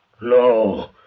No